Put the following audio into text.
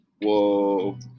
whoa